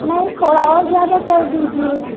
नहीं थोड़ा और ज्यादा कर दीजिए